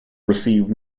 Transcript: received